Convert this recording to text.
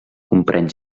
comprèn